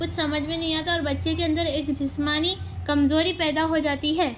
کچھ سمجھ میں نہیں آتا اور بچّے کے اندر ایک جسمانی کمزوری پیدا ہو جاتی ہے